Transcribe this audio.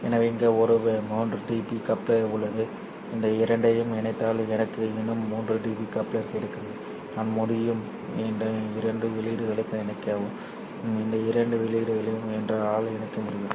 எனவே இங்கே ஒரு 3 dB கப்ளர் உள்ளது இந்த இரண்டையும் இணைத்தால் எனக்கு இன்னும் 3 dB கப்ளர் கிடைக்கும் நான் முடியும் இந்த இரண்டு வெளியீடுகளையும் என்னால் இணைக்க முடியும்